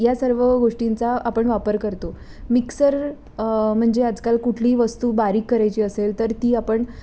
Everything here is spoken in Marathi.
या सर्व गोष्टींचा आपण वापर करतो मिक्सर म्हणजे आजकाल कुठलीही वस्तू बारीक करायची असेल तर ती आपण